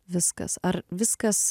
viskas ar viskas